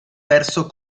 verso